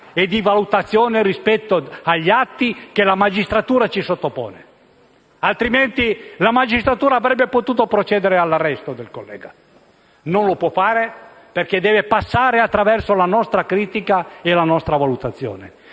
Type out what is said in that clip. e di valutazione rispetto agli atti che la magistratura ci sottopone. La magistratura avrebbe potuto procedere all'arresto del collega, non lo può fare perché deve passare attraverso la nostra critica e valutazione.